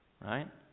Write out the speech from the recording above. Right